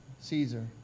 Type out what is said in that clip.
Caesar